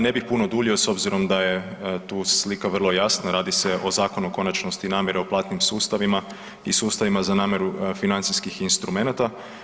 Ne bih puno duljio s obzirom da je tu slika vrlo jasna, radi se o zakonu o konačnosti namjera u platnim sustavima i sustavima za namiru financijskih instrumenata.